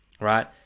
right